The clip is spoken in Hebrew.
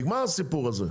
נגמר הסיפור הזה.